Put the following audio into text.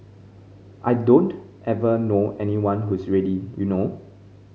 I don't ever know anyone who's ready you know